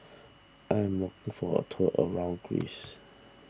I am looking for a tour around Greece